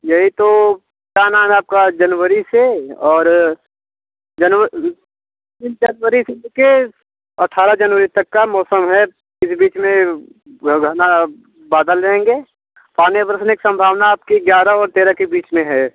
यही तो क्या नाम है आपका जनवरी से और जनव जनवरी से ले कर अट्ठारह जनवरी तक का मौसम है फिर बीच में घने बादल रहेंगे पानी बरसने की संभावना आपकी ग्यारह और तेरह की बीच में हैं